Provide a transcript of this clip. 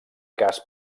cas